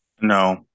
No